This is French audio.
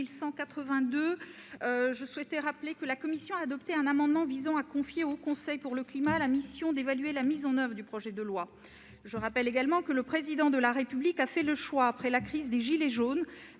n° 2182, je rappelle que la commission a adopté un amendement visant à confier au Haut Conseil pour le climat la mission d'évaluer la mise en oeuvre du projet de loi. Je rappelle également que le Président de la République a fait le choix, après la crise des « gilets jaunes